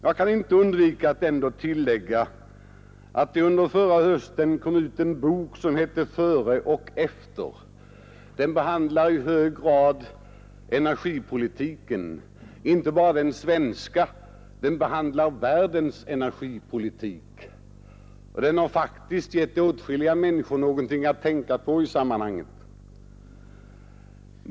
Jag kan inte underlåta att tillägga att det under förra hösten kom ut en bok som hette Före och efter. Den behandlar i hög grad energipolitiken — inte bara den svenska, utan världens energipolitik — och den har faktiskt gett åtskilliga människor någonting att tänka på i sammanhanget.